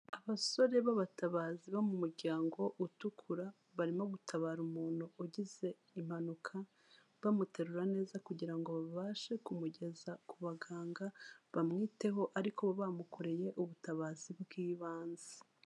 Abasore b'abatabazi bo mu muryango utukura barimo gutabara umuntu ugize impanuka, bamuterura neza kugira ngo babashe kumugeza ku baganga bamwiteho ariko bamukoreye ubutabazi bw'ibanze.